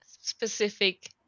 specific